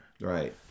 Right